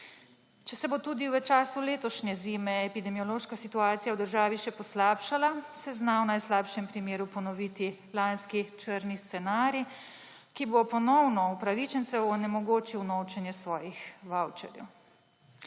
Če se bo tudi v času letošnje zime epidemiološka situacija v državi se poslabšala, se zna v najslabšem primeru ponoviti lanski črni scenarij, ki bo ponovno upravičencem onemogočil vnovčenje svojih vavčerjev.